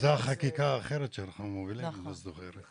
זו החקיקה האחרת שאנחנו מובילים, אם את זוכרת.